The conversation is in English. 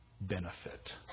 benefit